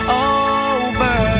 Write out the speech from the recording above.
over